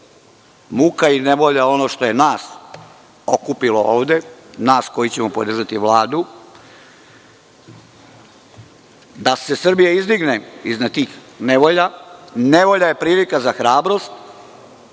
Muka i nevolja je ono što nas je okupilo ovde, nas koji ćemo podržati Vladu, da se Srbija izdigne iz tih nevolja. Nevolja je prilika za hrabrost.